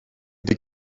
des